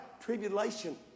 tribulation